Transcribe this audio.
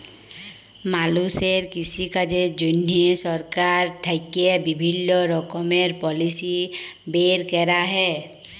মালুষের কৃষিকাজের জন্হে সরকার থেক্যে বিভিল্য রকমের পলিসি বের ক্যরা হ্যয়